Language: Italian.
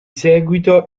seguito